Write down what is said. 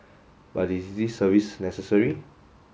but is this service necessary